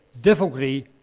difficulty